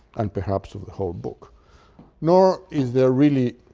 and perhaps of the whole book nor is there really